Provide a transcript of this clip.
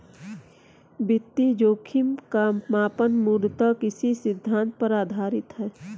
वित्तीय जोखिम का मापन मूलतः किस सिद्धांत पर आधारित है?